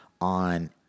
on